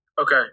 Okay